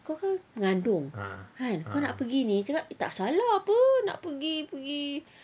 kau kan mengandung kan kau nak pergi ni cakap tak salah [pe] nak pergi pergi